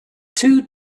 two